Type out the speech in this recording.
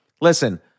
listen